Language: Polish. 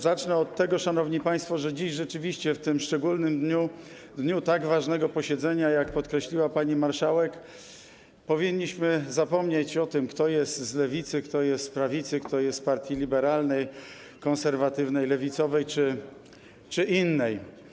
Zacznę od tego, szanowni państwo, że dziś rzeczywiście w tym szczególnym dniu, w dniu tak ważnego posiedzenia, jak podkreśliła pani marszałek, powinniśmy zapomnieć o tym, kto jest z lewicy, kto jest z prawicy, kto jest z partii liberalnej, konserwatywnej, lewicowej czy innej.